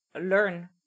learn